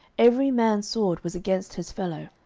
every man's sword was against his fellow,